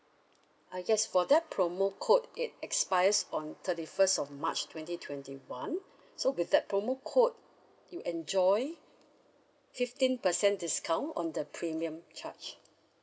ah yes for that promo code it expires on thirty first of march twenty twenty one so with that promo code you enjoy fifteen percent discount on the premium charge